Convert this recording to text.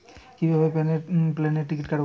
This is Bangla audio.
কিভাবে প্লেনের টিকিট কাটব?